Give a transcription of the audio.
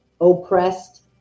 oppressed